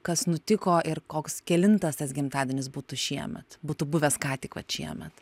kas nutiko ir koks kelintas tas gimtadienis būtų šiemet būtų buvęs ką tik vat šiemet